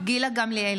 גילה גמליאל,